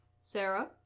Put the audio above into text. Sarah